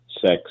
sex